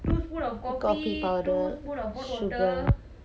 coffee powder sugar